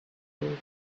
and